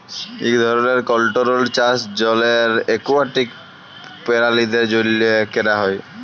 ইক ধরলের কলটোরোলড চাষ জলের একুয়াটিক পেরালিদের জ্যনহে ক্যরা হ্যয়